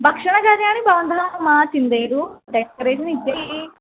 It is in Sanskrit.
भक्षणगण्याणि भवन्तः मा चिन्तयतु